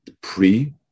pre